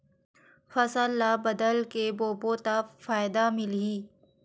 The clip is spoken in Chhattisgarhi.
फसल ल बदल के बोबो त फ़ायदा मिलही?